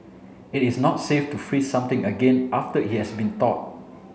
it is not safe to freeze something again after it has been thawed